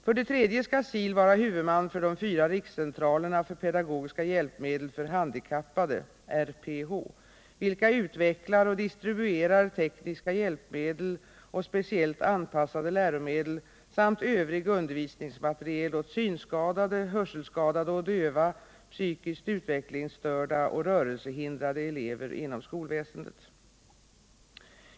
För det tredje skall SIL vara huvudman för de fyra rikscentralerna för pedagogiska hjälpmedel för handikappade , vilka utvecklar och distribuerar tekniska hjälpmedel och speciellt anpassade läromedel samt övrig undervisningsmateriel åt synskadade, hörselskadade och döva, psykiskt utvecklingsstörda och rörelsehindrade elever inom skolväsendet.